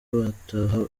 bataha